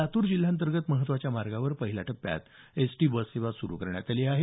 लातूर जिल्ह्यांतर्गत महत्त्वाच्या मार्गावर पहिल्या टप्प्यात एसटी बससेवा सुरू करण्यात आली आहे